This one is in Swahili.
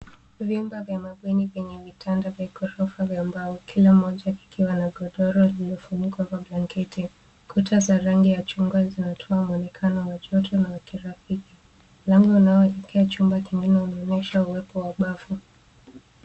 Vyumba vya mabweni vyenye vitanda vya gorofa vya mbao kila moja kikiwa na godoro lililofunikwa kwa blanketi. Kuta za rangi ya chungwa zinatoa mwonekanano wa joto na wa kirafiki. Mlango unaoelekea chumba kingine unaonyesha uwepo wa bafu.